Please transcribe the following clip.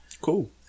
Cool